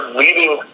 leading